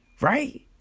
right